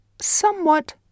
somewhat